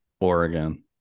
Oregon